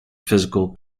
physical